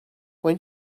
when